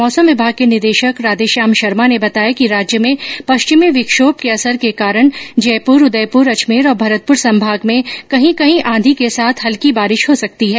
मौसम विमाग के निदेशक राधेश्याम शर्मा ने बताया कि राज्य में पश्चिमी विक्षोभ के असर के कारण जयपुर उदयपुर अजमेर और भरतपुर संभाग में कहीं कहीं आंधी के साथ हल्की बारिश हो सकती है